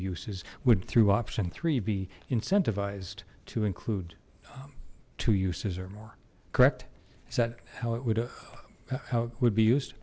uses would through option three be incentivized to include two uses or more correct is that how it would would be used